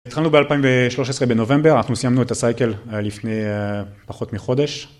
התחלנו ב-2013 בנובמבר, אנחנו סיימנו את הסייקל לפני פחות מחודש.